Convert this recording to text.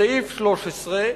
בסעיף 13,